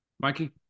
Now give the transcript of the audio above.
Mikey